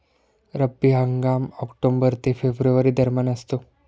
रब्बी हंगाम ऑक्टोबर ते फेब्रुवारी दरम्यान असतो